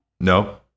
No